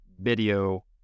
video